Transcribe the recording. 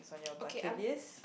on your bucket list